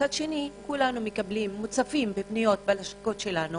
ומצד שני כולנו מקבלים ומוצפים בפניות בלשכות שלנו